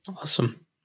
awesome